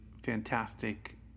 Fantastic